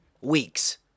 weeks